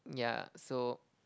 um yeah so